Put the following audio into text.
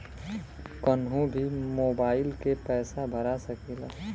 कन्हू भी मोबाइल के पैसा भरा सकीला?